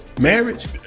marriage